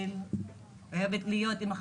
אוהבת את ישראל,